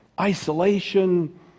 isolation